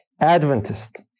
Adventist